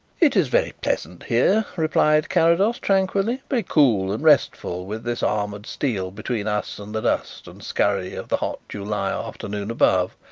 it is very pleasant here, replied carrados tranquilly. very cool and restful with this armoured steel between us and the dust and scurry of the hot july afternoon above.